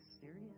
serious